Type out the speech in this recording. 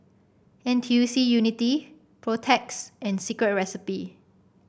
N T U C Unity Protex and Secret Recipe